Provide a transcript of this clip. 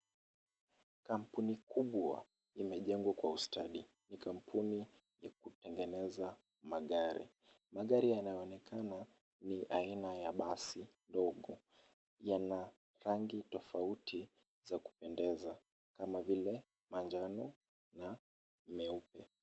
Kampuni kubwa imejengwa kwa ustadi. Ni kampuni ya kutengeneza magari. Magari yanayoonekana ni aina ya basi ndogo. Yana rangi rangi tofauti za kupendeza kama vile manjano na meupe.